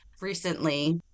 recently